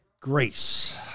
Grace